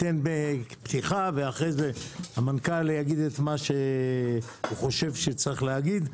אתן בפתיחה ואחרי זה המנכ"ל יגיד את מה שחושב שצריך להגיד.